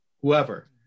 whoever